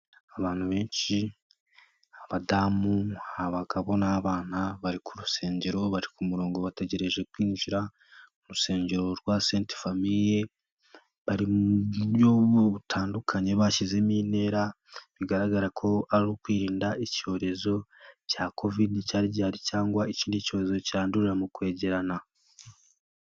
Abantu benshi abadamu abagabo n'abana, bari ku rusengero bari ku murongo bategereje kwinjira, mu rusengero rwa Saint famille bari mu buryo butandukanye bashyizemo intera, bigaragara ko ari ukwirinda icyorezo cya covid cyari gihari, cyangwa ikindi cyorezo cyandurira mu kwegerana.